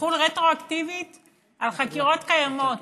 שיחול רטרואקטיבית על חקירות קיימות,